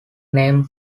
name